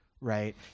Right